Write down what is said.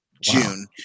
June